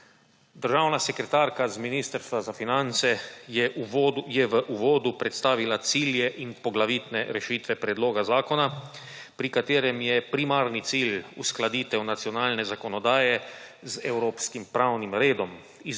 Državna sekretarka iz Ministrstva za finance je v uvodu predstavila cilje in poglavitne rešitve predloga zakona, pri katerem je primarni cilj uskladitev nacionalne zakonodaje z evropskim pravnim redom,